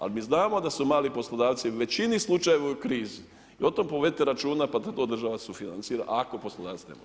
Ali mi znamo da su mali poslodavci u većini slučajeva u krizi i o tome povedite računa pada to država sufinancira ako poslodavac ne može.